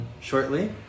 shortly